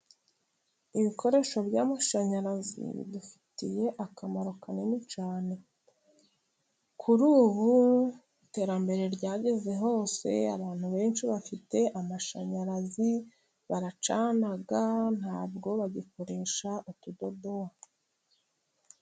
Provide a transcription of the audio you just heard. Ibikoresho by'amashanyarazi bidufitiye akamaro kanini cyane. Kuri ubu iterambere ryageze hose, abantu benshi bafite amashanyarazi baracana ntabwo bagikoresha udutadowa.